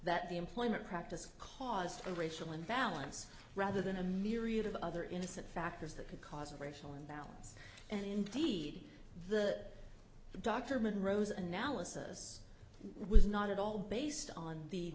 that the employment practice caused a racial imbalance rather than a myriad of other innocent factors that could cause a racial imbalance and indeed the dr monroe's analysis was not at all based on the